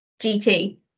GT